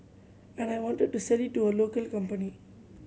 and I wanted to sell it to a local company